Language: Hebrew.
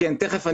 תכף.